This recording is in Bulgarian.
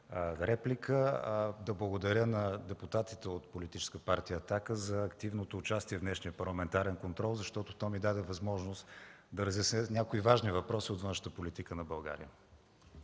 дуплика, а да благодаря на депутатите от Политическа партия „Атака” за активното участие в днешния парламентарен контрол, защото то ми даде възможност да разясня някои важни въпроси от външната политика на България.